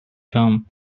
come